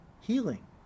healing